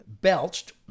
belched